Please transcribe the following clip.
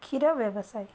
କ୍ଷୀର ବ୍ୟବସାୟୀ